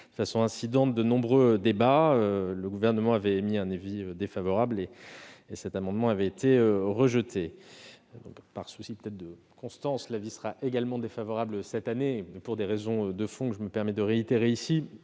de manière incidente -, de nombreux débats. Le Gouvernement avait émis un avis défavorable, et cet amendement avait été rejeté. Par souci peut-être de constance, l'avis du Gouvernement sera également défavorable cette année, pour des raisons de fond que je me permets d'exposer à